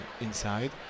inside